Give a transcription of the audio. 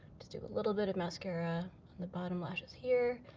just do a little bit of mascara on the bottom lashes here.